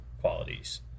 qualities